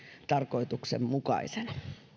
tarkoituksenmukaisena